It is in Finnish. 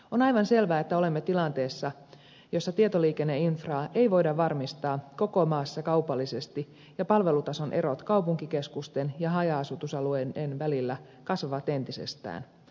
on aivan selvää että olemme tilanteessa jossa tietoliikenneinfraa ei voida varmistaa koko maassa kaupallisesti ja palvelutason erot kaupunkikeskusten ja haja asutusalueiden välillä kasvavat entisestään